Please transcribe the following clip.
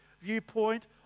viewpoint